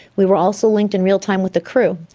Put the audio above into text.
we are also linked in real time with the crew,